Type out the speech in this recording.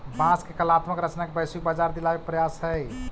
बाँस के कलात्मक रचना के वैश्विक बाजार दिलावे के प्रयास हई